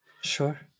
Sure